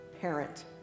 parent